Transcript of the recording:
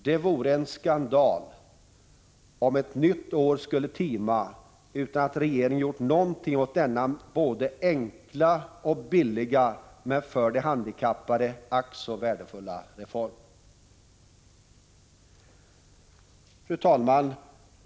Det vore en skandal om ett nytt år skulle tima utan att regeringen gjort någonting åt denna både enkla och billiga, men för de handikappade ack så värdefulla reform. Fru talman!